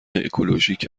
اکولوژیک